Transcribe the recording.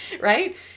right